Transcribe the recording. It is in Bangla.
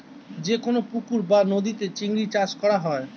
যে কোন পুকুর বা নদীতে চিংড়ি চাষ করা হয়